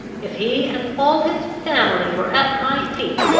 if he and all his family were at my feet,